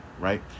Right